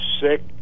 sick